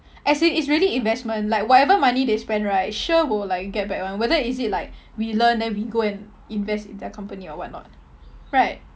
as in it's really investment like whatever money they spend right sure will like get back [one] whether is it like we learn then we go and invest in their company or what not right